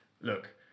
look